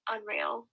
Unreal